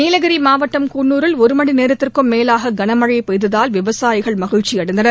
நீலகிரி மாவட்டம் குன்னூரில் ஒருமணி நேரத்திற்கும் மேலாக கனமழை பெய்ததால் விவசாயிகள் மகிழ்ச்சி அடைந்தனர்